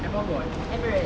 emirates